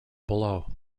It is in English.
below